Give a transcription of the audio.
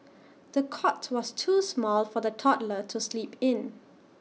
the cot was too small for the toddler to sleep in